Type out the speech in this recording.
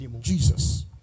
Jesus